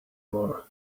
more